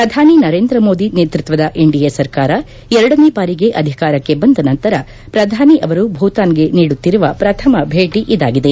ಪ್ರಧಾನಿ ಸರೇಂದ್ರ ಮೋದಿ ನೇತೃತ್ವದ ಎನ್ಡಿಎ ಸರ್ಕಾರ ಎರಡನೇ ಬಾರಿಗೆ ಅಧಿಕಾರಕ್ಷೆ ಬಂದ ನಂತರ ಪ್ರಧಾನಿ ಅವರು ಭೂತಾನ್ಗೆ ನೀಡುತ್ತಿರುವ ಪ್ರಥಮ ಭೇಟಿ ಇದಾಗಿದೆ